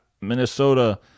Minnesota